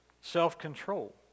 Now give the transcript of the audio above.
self-control